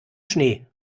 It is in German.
schnee